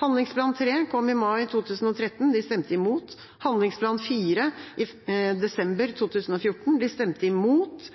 Handlingsplan 3 kom i mai 2013 – de stemte imot – handlingsplan 4 i desember 2014 – de stemte imot.